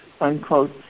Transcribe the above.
unquote